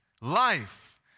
life